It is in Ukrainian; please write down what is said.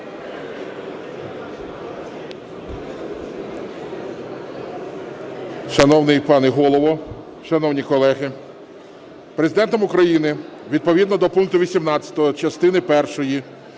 Шановний пане Голово, шановні колеги, Президентом України відповідно до пункту 18 частини першої